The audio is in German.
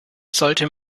sollte